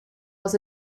was